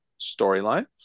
storyline